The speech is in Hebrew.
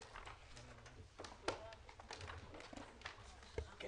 11:22.